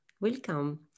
Welcome